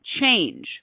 change